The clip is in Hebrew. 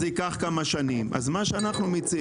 לכן אני מציע